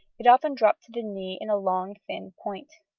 it often dropped to the knee in a long thin point.